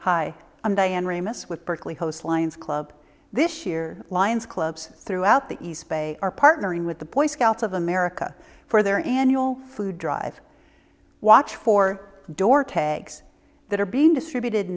hi i'm diane ramus with berkeley host lions club this year lions clubs throughout the east bay are partnering with the boy scouts of america for their annual food drive watch four door tags that are being distributed